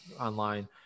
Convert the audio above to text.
online